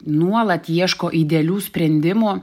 nuolat ieško idealių sprendimų